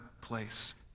place